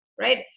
Right